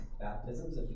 baptisms